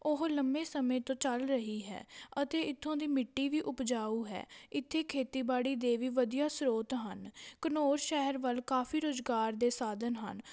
ਉਹ ਲੰਮੇ ਸਮੇਂ ਤੋਂ ਚੱਲ ਰਹੀ ਹੈ ਅਤੇ ਇੱਥੋਂ ਦੀ ਮਿੱਟੀ ਵੀ ਉਪਜਾਊ ਹੈ ਇੱਥੇ ਖੇਤੀਬਾੜੀ ਦੇ ਵੀ ਵਧੀਆ ਸਰੋਤ ਹਨ ਘਨੋਰ ਸ਼ਹਿਰ ਵੱਲ ਕਾਫੀ ਰੁਜ਼ਗਾਰ ਦੇ ਸਾਧਨ ਹਨ